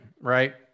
right